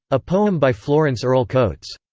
a poem by florence earle coates.